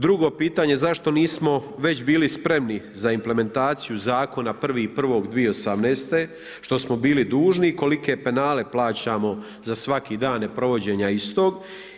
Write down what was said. Drugo pitanje, zašto nismo već bili spremni za implementaciju zakona 1.1.2018. što smo bili dužni i kolike penale plaćamo za svaki dan neprovođenja istog?